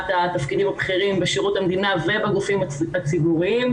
התפקידים הבכירים בשירות המדינה ובגופים הציבוריים,